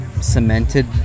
cemented